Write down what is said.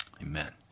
Amen